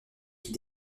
qui